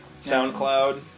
SoundCloud